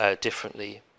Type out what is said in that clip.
differently